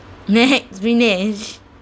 next vinesh